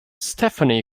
stephanie